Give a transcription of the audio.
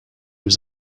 was